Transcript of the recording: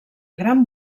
gran